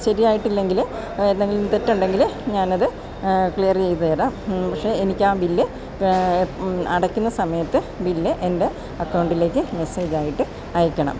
ശരിയായിട്ടില്ലെങ്കില് എന്തെങ്കിലും തെറ്റുണ്ടെങ്കില് ഞാനത് ക്ലിയറെയ്തു തരാം പക്ഷേ എനിക്കാ ബില്ല് അടയ്ക്കുന്ന സമയത്ത് ബില്ല് എൻ്റെ അക്കൗണ്ടിലേക്ക് മെസ്സേജായിട്ട് അയക്കണം